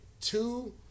two